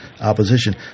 opposition